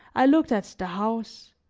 i looked at the house,